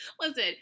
Listen